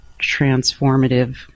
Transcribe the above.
transformative